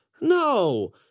no